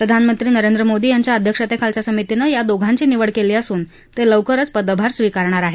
प्रधानमंत्री नरेंद्र मोदी यांच्या अध्यक्षतेखालील समितीनं या दोघांची निवड केली असून ते लवकरच पदभार स्वीकारणार आहेत